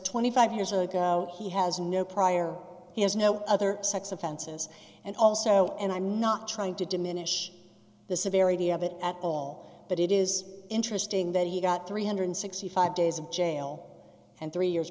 twenty five years ago he has no prior he has no other sex offenses and also and i'm not trying to diminish the severity of it at all but it is interesting that he got three hundred sixty five days in jail and three years